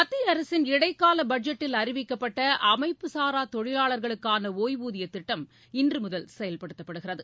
மத்திய அரசின் இடைக்கால பட்ஜெட்டில் அறிவிக்கப்பட்ட அமைப்புச்சாரா தொழிலாளர்களுக்கான ஒய்வூதிய திட்டம் இன்றுமுதல் செயல்படுத்தப்படுகிறது